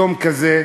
ביום כזה,